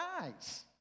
eyes